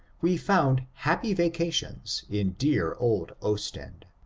we found happy vacations in dear old ostend.